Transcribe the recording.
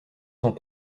sont